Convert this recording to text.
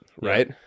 right